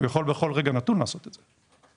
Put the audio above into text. הוא יכול בכל רגע נתון לעשות את זה.